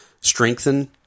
strengthen